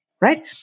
Right